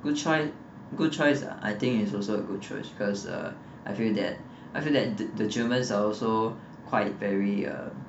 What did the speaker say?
good choice good choice ah I think is also a good choice because uh I feel that I feel that the the germans are also quiet very uh